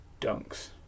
dunks